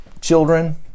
children